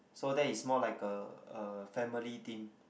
so that is more like a uh family theme